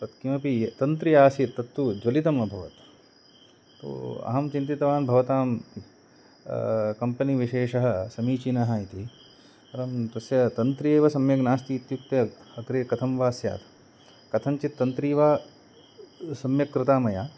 तत् किमपि तन्त्रि आसीत् तत्तु ज्वलितम् अभवत् तु अहं चिन्तितवान् भवतां कम्पनी विशेषः समीचीनः इति परं तस्य तन्त्री एव सम्यक् नास्ति इत्युक्ते अग्रे कथं वा स्यात् कथञ्चित् तन्त्री वा सम्यक् कृता मया